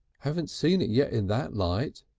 haven't seen it yet in that light,